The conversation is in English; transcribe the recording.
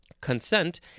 Consent